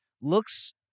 looks